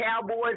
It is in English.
Cowboys